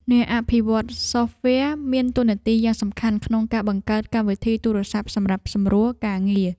អ្នកអភិវឌ្ឍន៍សូហ្វវែរមានតួនាទីយ៉ាងសំខាន់ក្នុងការបង្កើតកម្មវិធីទូរស័ព្ទសម្រាប់សម្រួលការងារ។